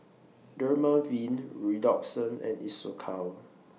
Dermaveen Redoxon and Isocal